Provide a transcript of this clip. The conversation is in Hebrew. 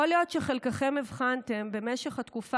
יכול להיות שחלקכם הבחנתם בתקופה